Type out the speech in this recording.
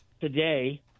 today